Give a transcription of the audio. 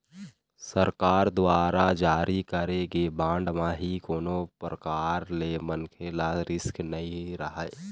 सरकार दुवारा जारी करे गे बांड म ही कोनो परकार ले मनखे ल रिस्क नइ रहय